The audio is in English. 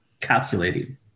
calculating